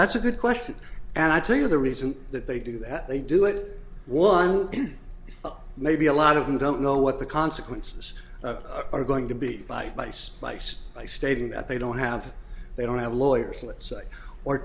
that's a good question and i tell you the reason that they do that they do it one may be a lot of them don't know what the consequences of are going to be by vice lights by stating that they don't have they don't have lawyers let's say or